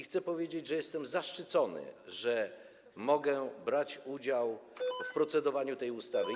Chcę powiedzieć, że jestem zaszczycony, że mogę brać udział w procedowaniu nad tą ustawą.